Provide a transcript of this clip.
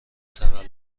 تولد